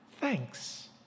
thanks